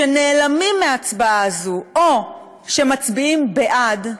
שנעלמים מההצבעה הזו או שמצביעים בעד,